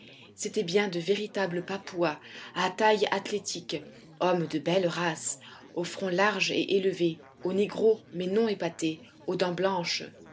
c'étaient bien de véritables papouas à taille athlétique hommes de belle race au front large et élevé au nez gros mais non épaté aux dents blanches